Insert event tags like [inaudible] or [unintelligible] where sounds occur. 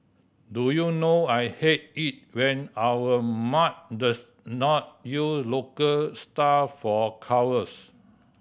do you know I hate it when our mag the [unintelligible] not [unintelligible] local star for covers